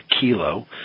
kilo